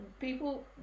people